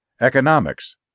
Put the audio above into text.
Economics